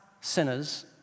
sinners